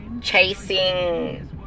chasing